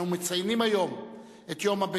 לא.